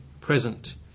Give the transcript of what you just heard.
present